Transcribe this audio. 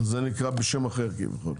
זה נקרא בשם אחר פה.